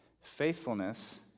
Faithfulness